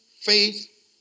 faith